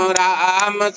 ram